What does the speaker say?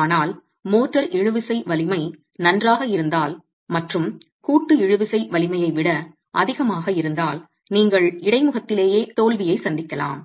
ஆனால் மோர்டார் இழுவிசை வலிமை நன்றாக இருந்தால் மற்றும் கூட்டு இழுவிசை வலிமையை விட அதிகமாக இருந்தால் நீங்கள் இடைமுகத்திலேயே தோல்வியை சந்திக்கலாம்